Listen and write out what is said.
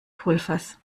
pulvers